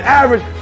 average